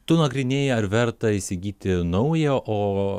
tu nagrinėjai ar verta įsigyti naują o